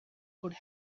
could